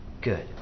good